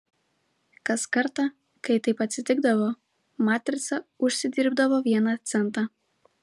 kas kartą kai taip atsitikdavo matrica užsidirbdavo vieną centą